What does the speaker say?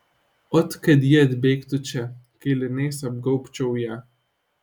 ot kad ji atbėgtų čia kailiniais apgaubčiau ją